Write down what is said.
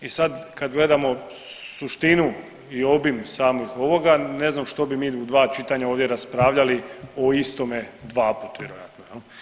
I sad kad gledamo suštinu i obim samog ovoga ne znam što bi mi u dva čitanja ovdje raspravljali o istome dvaput vjerojatno.